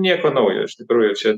nieko naujo iš tikrųjų čia